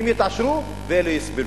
הם יתעשרו, ואלה יסבלו.